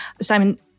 Simon